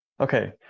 okay